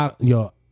yo